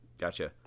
Gotcha